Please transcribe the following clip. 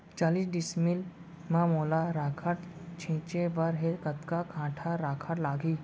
चालीस डिसमिल म मोला राखड़ छिंचे बर हे कतका काठा राखड़ लागही?